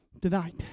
tonight